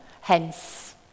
hence